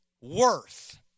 worth